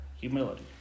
humility